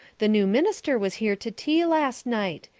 the new minister was here to tea last night.